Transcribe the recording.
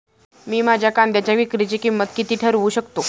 मी माझ्या कांद्यांच्या विक्रीची किंमत किती ठरवू शकतो?